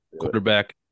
Quarterback